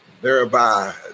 Thereby